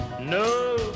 No